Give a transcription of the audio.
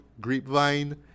Grapevine